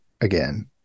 again